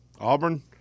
Auburn